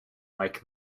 like